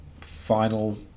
final